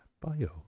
bio